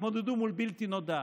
הם התמודדו מול בלתי נודע,